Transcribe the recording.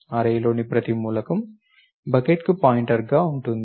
array లో ని ప్రతి మూలకం బకెట్కు పాయింటర్గా ఉంటుంది